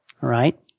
right